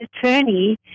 attorney